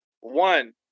one